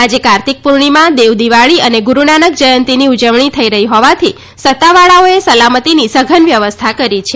આજે કાર્તિક પૂર્ણિમા દેવદિવાળી અને ગુરૂનાનક જયંતીની ઉજવણી થઈ રહી હોવાથી સત્તાવાળાઓએ સલામતીની સઘન વ્યવસ્થા કરી છે